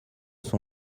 son